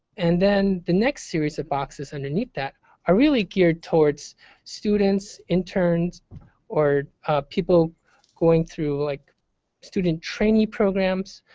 and then the next series of boxes underneath that are really geared towards students, interns or people going through like student trainee programs,